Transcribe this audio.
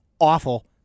awful